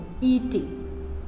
eating